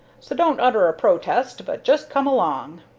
so don't utter a protest, but just come along.